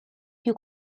più